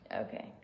Okay